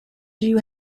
you